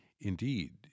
Indeed